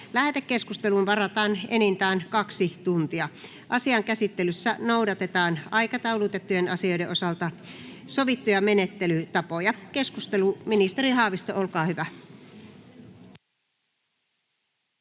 Lähetekeskusteluun varataan enintään 2 tuntia. Asian käsittelyssä noudatetaan aikataulutettujen asioiden osalta sovittuja menettelytapoja. — Keskustelu, ministeri Haavisto, olkaa hyvä.